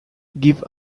give